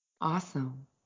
awesome